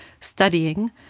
studying